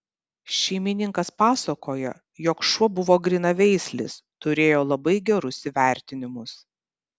šeimininkas pasakoja jog šuo buvo grynaveislis turėjo labai gerus įvertinimus